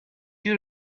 you